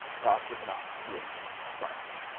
god did not create christ.